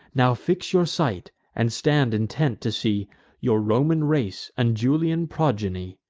now fix your sight, and stand intent, to see your roman race, and julian progeny.